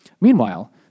Meanwhile